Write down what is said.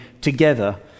together